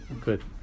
good